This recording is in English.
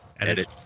Edit